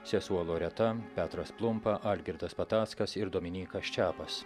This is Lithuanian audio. sesuo loreta petras plumpa algirdas patackas ir dominykas čiapas